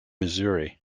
missouri